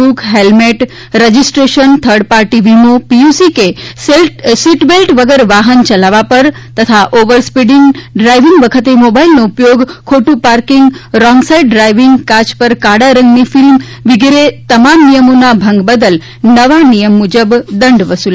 book helmet registration third party વિમો PUC કે seat belt વગર વાહન ચલાવવા પર તથા ઓવર સ્પીડીંગ ડ્રાઈવીંગ વખતે મોબાઈલનો ઉપયોગ ખોટું પાર્કીંગ રોંગ સાઈડ ડ્રાઈવીંગ કાય પર કાળા રંગની ફિલ્મ વગેરે તમામ નિયમોના ભંગ બદલ નવા નિયમ મુજબ દંડ વસુલાશે